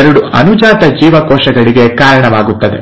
ಎರಡು ಅನುಜಾತ ಜೀವಕೋಶಗಳಿಗೆ ಕಾರಣವಾಗುತ್ತದೆ